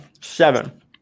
seven